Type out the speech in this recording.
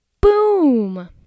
Boom